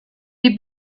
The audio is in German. die